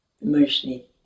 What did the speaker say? emotionally